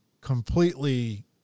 completely